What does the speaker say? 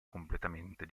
completamente